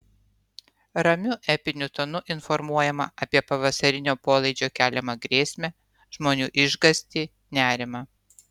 ramiu epiniu tonu informuojama apie pavasarinio polaidžio keliamą grėsmę žmonių išgąstį nerimą